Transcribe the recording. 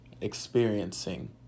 experiencing